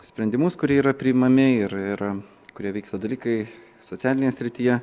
sprendimus kurie yra priimami ir ir kurie vyksta dalykai socialinėje srityje